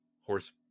horse